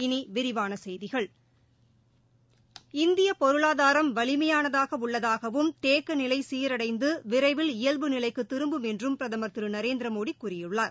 இனி விரிவான செய்திகள் இந்திய பொருளாதாரம் வலிமையாளதாக உள்ளதாகவும் தேக்கநிலை சீரடைந்து விரைவில் இயல்பு நிலைக்கு திரும்பும் என்றும் பிரதமர் திரு நரேந்திரமோடி கூறியுள்ளார்